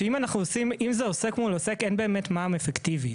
שאם זה עוסק מול עוסק אין באמת מע"מ אפקטיבית.